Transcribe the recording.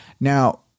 Now